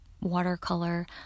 watercolor